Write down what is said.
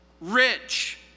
rich